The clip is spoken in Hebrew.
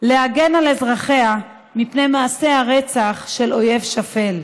להגן על אזרחיה מפני מעשי הרצח של אויב שפל.